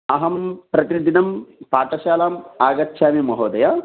अहं प्रतिदिनं पाठशालाम् आगच्छामि महोदय